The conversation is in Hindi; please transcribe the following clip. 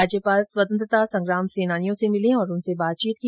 राज्यपाल स्वतन्त्रता संग्राम सेनानियों से मिले और उनसे बातचीत की